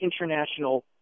international